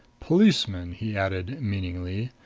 policemen, he added meaningly,